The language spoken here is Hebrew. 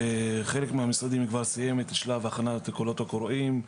וחלק מהמשרדים כבר סיים את של הכנת הקולות הקוראים,